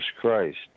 Christ